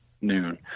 noon